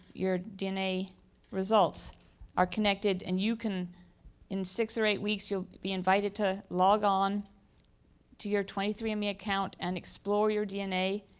your dna results are connected and you can in six or eight weeks you'll be invited to log on to your twenty three and andme account and explore your dna.